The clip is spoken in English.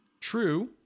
true